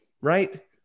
Right